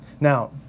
now